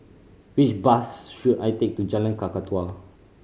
which bus should I take to Jalan Kakatua